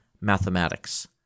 mathematics